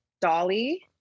Dolly